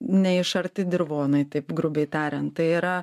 neišarti dirvonai taip grubiai tariant tai yra